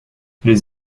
les